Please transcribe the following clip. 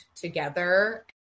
together